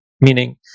Meaning